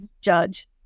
judge